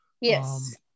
yes